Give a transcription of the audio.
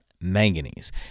manganese